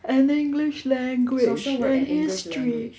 and english language and history